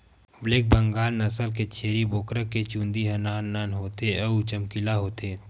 black Bengal नसल के छेरी बोकरा के चूंदी ह नान नान होथे अउ चमकीला होथे